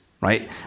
right